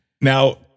Now